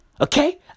Okay